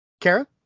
Kara